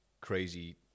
crazy